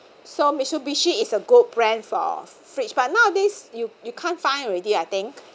so mitsubishi is a good brand for fridge but nowadays you you can't find already I think